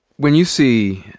when you see,